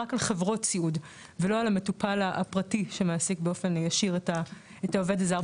רק על חברות סיעוד ולא על המטופל הפרטי שמעסיק באופן ישיר את העובד הזר.